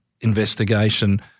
investigation